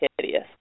hideous